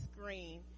screen